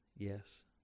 Yes